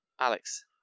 Alex